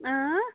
اۭں